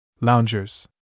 Loungers